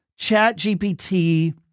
ChatGPT